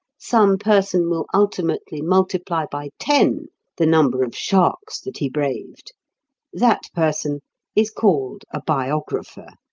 some person will ultimately multiply by ten the number of sharks that he braved that person is called a biographer.